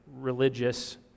religious